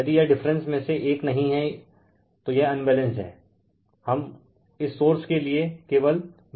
यदि यह डिफरेंस में से एक नही हैं तो यह अनबैलेंस्ड हैं हम इस सोर्स के लिए केवल बैलेंस्ड चीजो का ही अध्ययन करेंगे